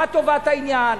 מה טובת העניין,